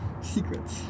Secrets